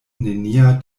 nenia